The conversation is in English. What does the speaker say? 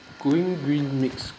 going green makes